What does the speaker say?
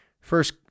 First